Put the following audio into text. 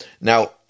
Now